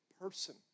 person